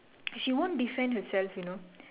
she won't defend herself you know